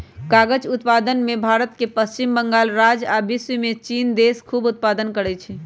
कागज़ उत्पादन में भारत के पश्चिम बंगाल राज्य आ विश्वमें चिन देश खूब उत्पादन करै छै